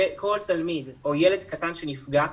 כל תלמיד או ילד קטן שנפגע,